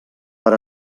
per